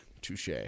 touche